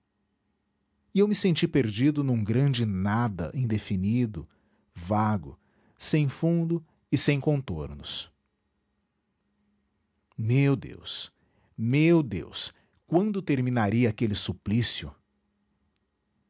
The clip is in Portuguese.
e eu me senti perdido num grande nada indefinido vago sem fundo e sem contornos meu deus meu deus quando terminaria aquele suplício